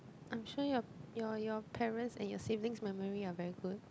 I'm sure your your your parent's and your sibling's memory are very good